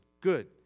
good